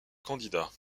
candidat